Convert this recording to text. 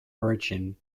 origin